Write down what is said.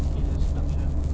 jesus sedap sia